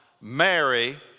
Mary